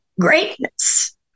greatness